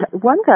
one